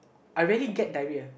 I really get diarrhoea